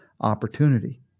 opportunity